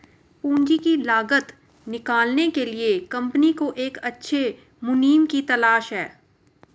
पूंजी की लागत निकालने के लिए कंपनी को एक अच्छे मुनीम की तलाश है